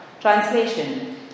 Translation